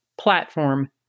platform